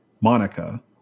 Monica